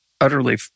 utterly